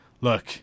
look